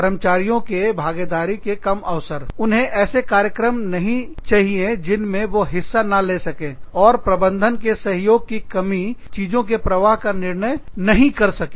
कर्मचारियों के भागीदारी के कम अवसर उन्हें ऐसे कार्यक्रम नहीं चाहिए जिनमें वह हिस्सा न ले सके और प्रबंधन के सहयोग की कमी चीजों के प्रवाह का निर्णय नहीं कर सकें